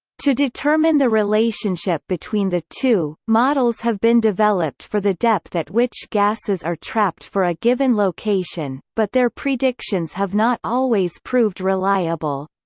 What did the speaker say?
to determine the relationship between the two, models have been developed for the depth at which gases are trapped for a given location, but their predictions have not always proved reliable.